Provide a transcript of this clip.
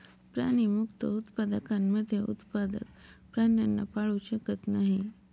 प्राणीमुक्त उत्पादकांमध्ये उत्पादक प्राण्यांना पाळू शकत नाही